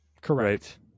Correct